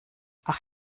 ach